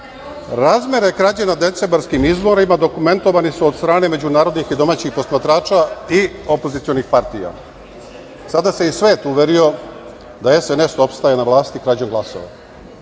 krađe na decembarskim izborima dokumentovani su od strane međunarodnih i domaćih posmatrača i opozicionih partija. Sada se i svet uverio da SNS opstaje na vlasti krađom glasova.